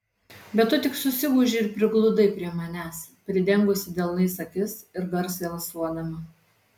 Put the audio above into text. bet tu tik susigūžei ir prigludai prie manęs pridengusi delnais akis ir garsiai alsuodama